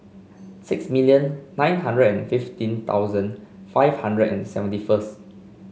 six million nine hundred and fifteen thousand five hundred and seventy first